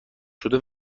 شده